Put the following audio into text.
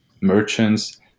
merchants